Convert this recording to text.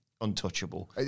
untouchable